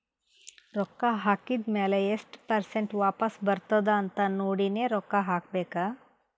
ರೊಕ್ಕಾ ಹಾಕಿದ್ ಮ್ಯಾಲ ಎಸ್ಟ್ ಪರ್ಸೆಂಟ್ ವಾಪಸ್ ಬರ್ತುದ್ ಅಂತ್ ನೋಡಿನೇ ರೊಕ್ಕಾ ಹಾಕಬೇಕ